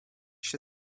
się